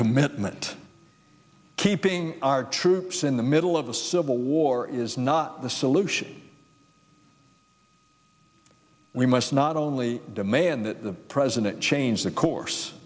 commitment keeping our troops in the middle of a civil war is not the solution we must not only demand that the president change the course